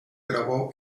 grabó